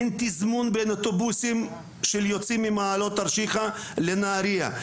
אין תזמון בין אוטובוסים שיוצאים ממעלות תרשיחא לנהריה,